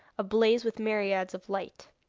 ablaze with myriads of lights.